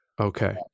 Okay